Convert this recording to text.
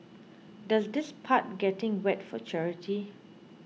does this part getting wet for charity